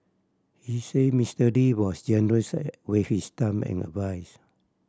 he said Mister Lee was generous with his time and advise